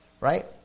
Right